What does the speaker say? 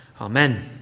Amen